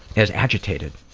as agitated.